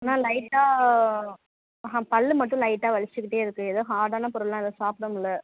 ஆனால் லைட்டாக ஆ பல் மட்டும் லைட்டாக வலிச்சுக்கிட்டே இருக்குது எதுவும் ஹார்டான பொருளெலாம் ஏதும் சாப்பிட முடில்ல